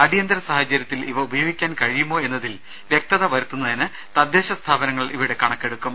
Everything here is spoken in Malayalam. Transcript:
അടിയന്തര സാഹചര്യത്തിൽ ഇവ ഉപയോഗിക്കാൻ കഴിയുമോ എന്നതിൽ വ്യക്തത വരുത്തുന്നതിന് തദ്ദേശ സ്ഥാപനങ്ങൾ ഇവയുടെ കണക്കെടുക്കും